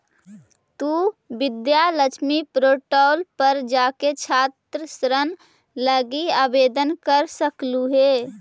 तु विद्या लक्ष्मी पोर्टल पर जाके छात्र ऋण लागी आवेदन कर सकलहुं हे